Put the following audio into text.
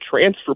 transfer